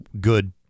good